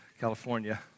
California